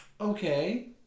Okay